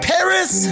Paris